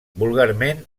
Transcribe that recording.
vulgarment